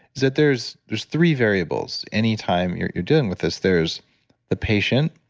is that there's there's three variables. anytime you're you're dealing with this, there's the patient,